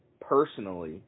personally